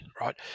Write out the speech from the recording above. right